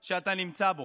באמת שאתה נמצא בו.